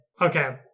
Okay